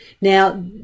Now